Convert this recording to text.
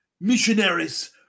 Missionaries